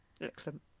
excellent